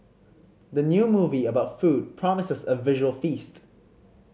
the new movie about food promises a visual feast